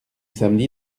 samedi